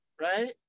right